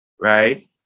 right